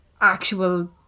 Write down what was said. actual